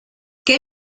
què